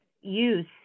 use